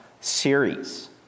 series